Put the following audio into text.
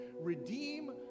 Redeem